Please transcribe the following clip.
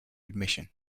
admission